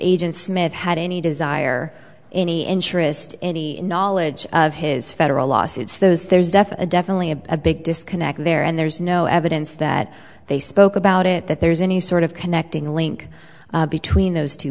agent smith had any desire any interest any knowledge of his federal lawsuits those there's definite definitely a big disconnect there and there's no evidence that they spoke about it that there's any sort of connecting link between those two